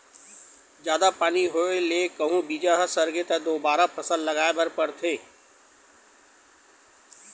जादा पानी होए ले कहूं बीजा ह सरगे त दोबारा फसल लगाए बर परथे